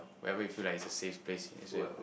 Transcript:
where ever you feel like is a safe place is where your home